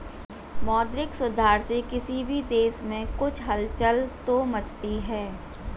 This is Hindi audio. मौद्रिक सुधार से किसी भी देश में कुछ हलचल तो मचती है